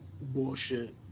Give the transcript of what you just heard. Bullshit